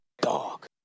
Dog